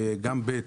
וגם ב-(ב),